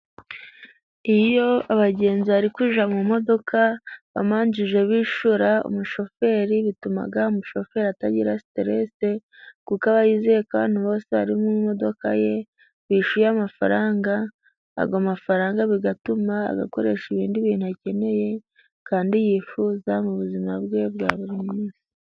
Iyo abagenzi bari kujya mu modoka babanjije kwishyura umushoferi, bituma umushoferi atagira siteresi kuko aba yizeye ko abantu bose bari mu modoka ye bishyuye amafaranga. Ayo mafaranga bigatuma ayakoresha ibindi bintu akeneye kandi yifuza mu buzima bwe bwa buri munsi.